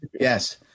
Yes